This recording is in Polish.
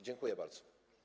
Dziękuję bardzo.